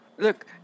Look